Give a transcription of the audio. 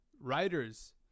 writers